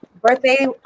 birthday